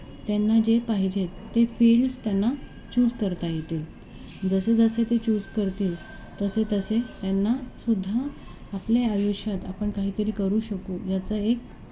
त्यांना जे पाहिजेत ते फील्डस त्यांना चूज करता येतील जसे जसे ते चूज करतील तसे तसे त्यांनासुद्धा आपल्या आयुष्यात आपण काहीतरी करू शकू याचं एक